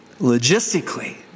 Logistically